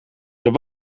zijn